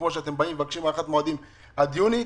כמו שאתם באים ומבקשים הארכת מועדים עד יוני,